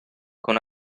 con